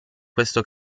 questo